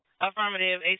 Affirmative